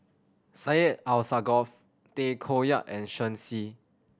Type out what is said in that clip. Syed Alsagoff Tay Koh Yat and Shen Xi